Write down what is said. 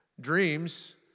Dreams